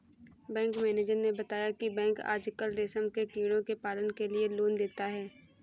bank manager ने बताया की बैंक आजकल रेशम के कीड़ों के पालन के लिए लोन देता है